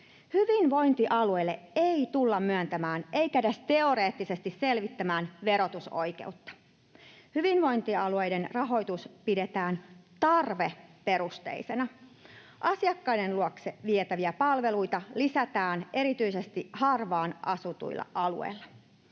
Hyvinvointialueille ei tulla myöntämään, eikä edes teoreettisesti tulla selvittämään verotusoikeutta. Hyvinvointialueiden rahoitus pidetään tarveperustaisena. Asiakkaiden luokse vietäviä palveluita lisätään erityisesti harvaan asutuilla alueilla.